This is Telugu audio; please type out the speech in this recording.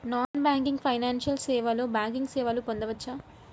నాన్ బ్యాంకింగ్ ఫైనాన్షియల్ సేవలో బ్యాంకింగ్ సేవలను పొందవచ్చా?